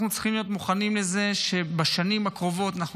אנחנו צריכים להיות מוכנים לזה שבשנים הקרובות אנחנו